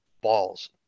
balls